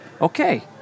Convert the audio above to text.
okay